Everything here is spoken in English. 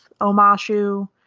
Omashu